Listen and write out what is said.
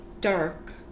dark